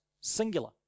singular